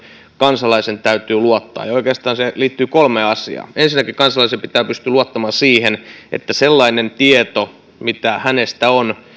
kansalaisen täytyy luottaa oikeastaan se liittyy kolmeen asiaan ensinnäkin kansalaisen pitää pystyä luottamaan siihen että sellainen tieto mitä hänestä on